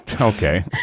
Okay